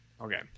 Okay